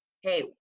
Hey